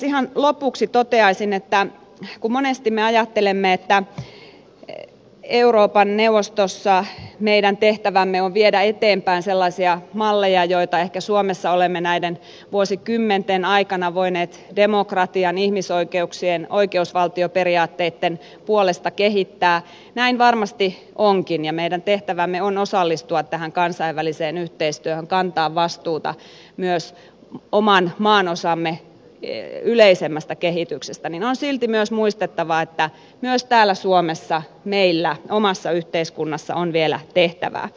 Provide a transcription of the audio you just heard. ihan lopuksi toteaisin että kun monesti me ajattelemme että euroopan neuvostossa meidän tehtävämme on viedä eteenpäin sellaisia malleja joita ehkä suomessa olemme näiden vuosikymmenten aikana voineet demokratian ihmisoikeuksien oikeusvaltioperiaatteitten puolesta kehittää näin varmasti onkin ja meidän tehtävämme on osallistua tähän kansainväliseen yhteistyöhön kantaa vastuuta myös oman maanosamme yleisemmästä kehityksestä niin on silti myös muistettava että myös täällä suomessa meillä omassa yhteiskunnassamme on vielä tehtävää